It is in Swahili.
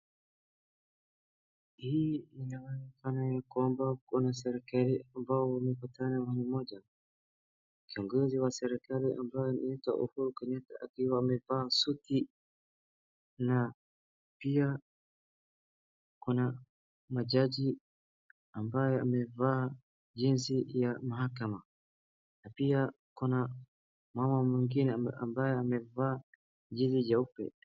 Hii inaonekana ya kwamba kuna serikali ambayo imepatana mahali moja, kiongozi wa serikali ambaye anaitwa Uhuru Kenyatta akiwa amevaa suti na pia kuna majaji ambao wamevaa jinsi ya mahakama na pia kuna mama mwingine ambaye amevaa jezi jeupe.